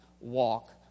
walk